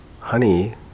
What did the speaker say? honey